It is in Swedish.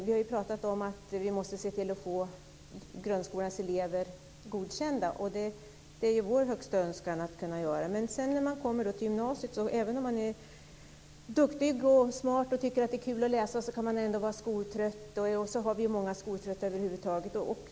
Vi har ju talat om att vi måste se till att få grundskolans elever godkända. Det är vår högsta önskan att kunna göra. Men när eleverna sedan kommer till gymnasiet kan de vara skoltrötta, även om de är duktiga, smarta och tycker att det är kul att läsa. Och det finns över huvud taget många som är skoltrötta.